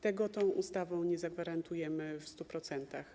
Tego tą ustawą nie zagwarantujemy w stu procentach.